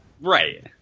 Right